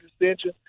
extension